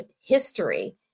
history